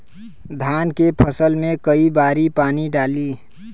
धान के फसल मे कई बारी पानी डाली?